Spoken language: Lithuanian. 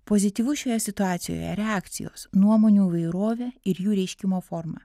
pozityvu šioje situacijoje reakcijos nuomonių įvairovė ir jų reiškimo forma